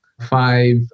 five